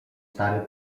stary